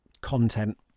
content